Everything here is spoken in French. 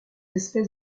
espèces